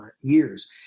years